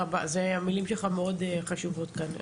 המילים שלך מאוד חשובות כאן.